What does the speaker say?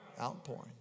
outpouring